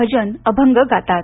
भजन अभंग गातात